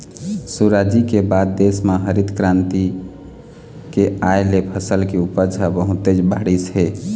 सुराजी के बाद देश म हरित करांति के आए ले फसल के उपज ह बहुतेच बाढ़िस हे